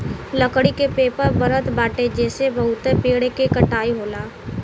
लकड़ी के पेपर बनत बाटे जेसे बहुते पेड़ के कटाई होला